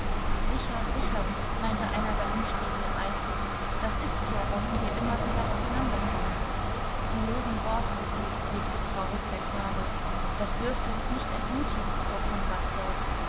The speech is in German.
sicher sicher meinte einer der umstehenden eifrig das ist's ja warum wir immer wieder auseinander kommen die leeren worte nickte traurig der knabe das dürfte uns nicht entmutigen fuhr konrad fort